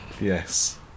Yes